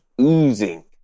oozing